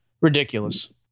ridiculous